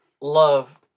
love